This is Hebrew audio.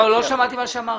לא שמעתי מה שאמרת.